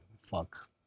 Fuck